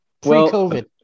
Pre-COVID